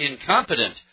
incompetent